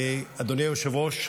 אדוני היושב-ראש,